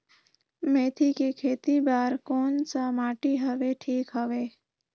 मेथी के खेती बार कोन सा माटी हवे ठीक हवे?